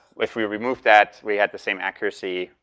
if we remove that, we had the same accuracy.